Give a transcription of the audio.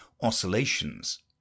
oscillations